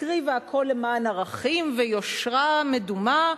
הקריבה הכול למען ערכים ויושרה מדומה,